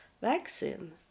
vaccine